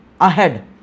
ahead